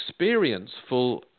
experienceful